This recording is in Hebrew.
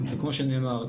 כמו שנאמר,